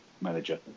manager